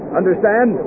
understand